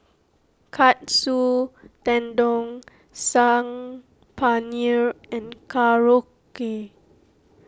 Katsu Tendon Saag Paneer and Korokke